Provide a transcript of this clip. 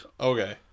Okay